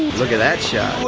look at that shot